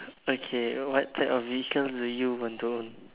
okay what type of vehicles do you want to own